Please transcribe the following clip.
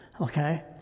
Okay